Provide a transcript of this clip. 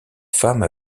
femme